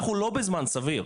אנחנו לא בזמן סביר,